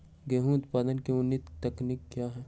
गेंहू उत्पादन की उन्नत तकनीक क्या है?